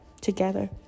together